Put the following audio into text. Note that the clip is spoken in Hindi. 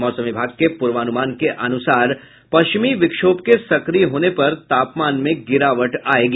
मौसम विभाग के पूर्वानुमान के अनुसार पश्चिमी विक्षोभ के सक्रिय होने पर तापमान में गिरावट आयेगी